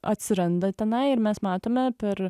atsiranda tenai ir mes matome per